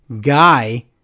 guy